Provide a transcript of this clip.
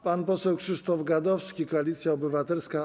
Pan poseł Krzysztof Gadowski, Koalicja Obywatelska.